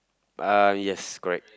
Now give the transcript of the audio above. uh yes correct